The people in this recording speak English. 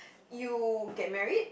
you get married